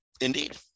indeed